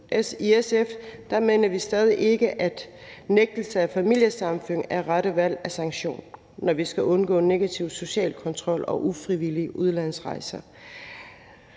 I SF mener vi stadig ikke, at nægtelse af familiesammenføring er rette valg af sanktion, når vi skal undgå negativ social kontrol og ufrivillige udlandsrejser.